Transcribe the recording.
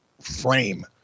frame